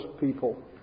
people